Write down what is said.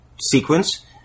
sequence